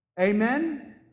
Amen